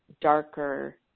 darker